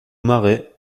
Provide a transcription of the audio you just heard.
marais